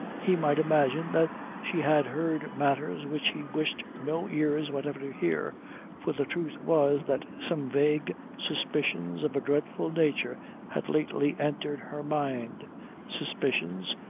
he might imagine that she had heard matters which he wished no ears whatever to hear for the truth was, that some vague suspicions of a dreadful nature had lately entered her mind suspicions,